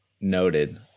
noted